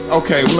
okay